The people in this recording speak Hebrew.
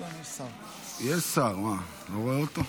מכובדי השר, חבריי חברי הכנסת,